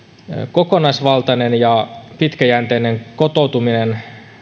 kokonaisvaltaisen ja pitkäjänteisen kotoutumisen